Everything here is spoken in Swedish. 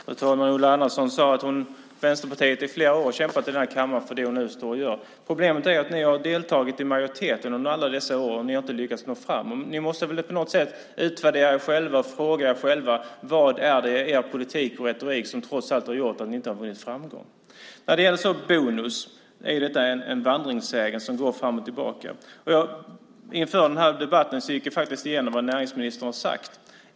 Fru talman! Ulla Andersson sade att Vänsterpartiet i flera år har kämpat i denna kammare för det hon nu står här och talar om. Problemet är att ni under alla dessa år har deltagit i majoriteten men inte lyckats nå fram. På något sätt måste ni väl utvärdera er själva och fråga er själva vad det är i er politik och retorik som trots allt gjort att ni inte har vunnit framgång. Detta med bonus är en vandringssägen som går fram och tillbaka. Inför den här debatten gick jag igenom vad näringsministern har sagt.